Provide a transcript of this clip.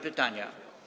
Pytania.